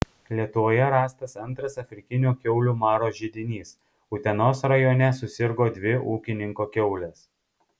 lietuvoje rastas antras afrikinio kiaulių maro židinys utenos rajone susirgo dvi ūkininko kiaulės